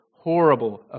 horrible